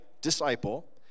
disciple